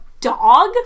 dog